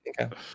okay